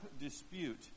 dispute